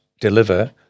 deliver